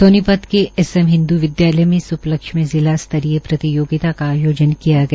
सोनीपत के S M Hindu Vidyalaya में इस उपलक्ष्य में जिला स्तरीय प्रतियोगिता का आयोजन किया गया